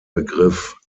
begriff